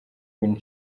queen